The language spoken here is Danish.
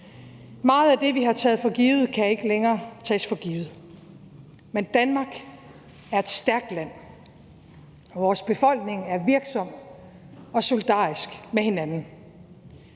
Meget af det, vi har taget for givet, kan ikke længere tages for givet, men Danmark er et stærkt land. Vores befolkning er virksom og solidarisk med hinanden.